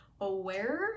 aware